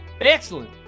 Excellent